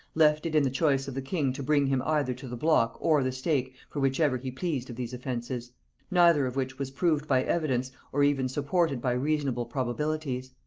left it in the choice of the king to bring him either to the block or the stake for whichever he pleased of these offences neither of which was proved by evidence, or even supported by reasonable probabilities.